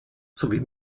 sowie